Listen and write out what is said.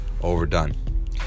overdone